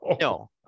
No